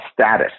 status